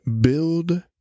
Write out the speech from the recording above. build